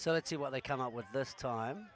so let's see what they come up with this time